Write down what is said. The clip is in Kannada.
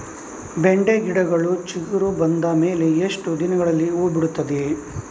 ಬೆಂಡೆ ಗಿಡಗಳು ಚಿಗುರು ಬಂದ ಮೇಲೆ ಎಷ್ಟು ದಿನದಲ್ಲಿ ಹೂ ಬಿಡಬಹುದು?